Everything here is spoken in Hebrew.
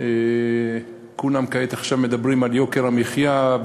כולם מדברים כעת על יוקר המחיה,